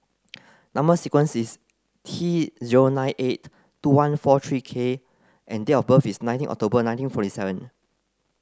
number sequence is T zero nine eight two one four three K and date of birth is nineteen October nineteen forty seven